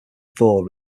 vaud